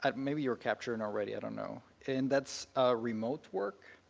um maybe you're capturing already, i don't know, and that's remote work.